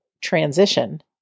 transition